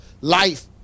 life